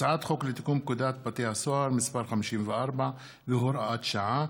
הצעת חוק לתיקון פקודת בתי הסוהר (מס' 54 והוראת שעה)